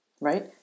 Right